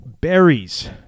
Berries